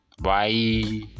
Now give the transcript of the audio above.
bye